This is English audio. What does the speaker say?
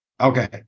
Okay